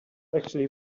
actually